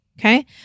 Okay